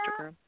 Instagram